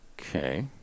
Okay